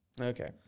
Okay